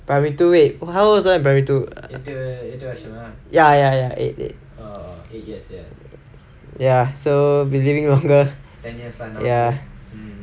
primary two wait how old was I in primary two ya ya ya eight eight ya so been living longer here ya